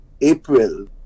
April